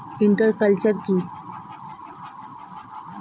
Inter culture কি?